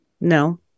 no